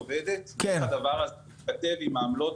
עובדת הדבר הזה --- עם העמלות,